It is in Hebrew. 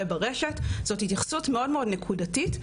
ברשת זו התייחסות מאוד מאוד נקודתית,